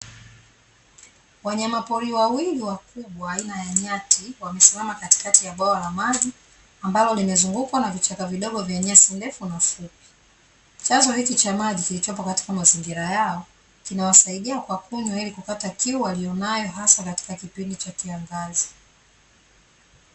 Wanyama pori wawili wakubwa aina ya nyati wamesimama katikati ya bwawa la maji, ambalo limezungukwa na vichaka vidogo vya nyasi ndefu na fupi. Chanzo hiki cha maji kilichopo katika mazingira yao kinawasaidia kwa kunywa, ili kukata kiu waliyonayo hasa katika kipindi cha kiangazi.